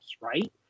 Right